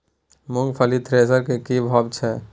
मूंगफली थ्रेसर के की भाव छै?